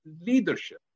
leadership